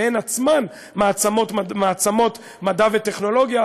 שהן עצמן מעצמות מדע וטכנולוגיה,